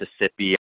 Mississippi